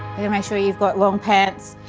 yeah make sure you've got long pants,